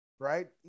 Right